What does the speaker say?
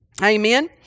Amen